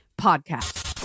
Podcast